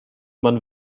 man